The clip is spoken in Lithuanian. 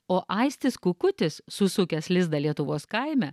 o aistis kukutis susukęs lizdą lietuvos kaime